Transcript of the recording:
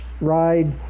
ride